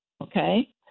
Okay